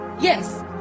Yes